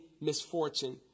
misfortune